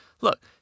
look